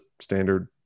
standard